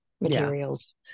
materials